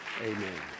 Amen